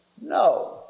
No